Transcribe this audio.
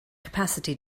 capacity